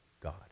God